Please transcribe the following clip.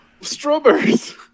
strawberries